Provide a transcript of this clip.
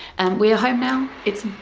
and we are home now it's.